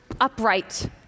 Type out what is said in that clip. upright